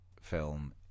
film